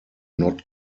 not